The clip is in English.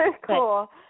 Cool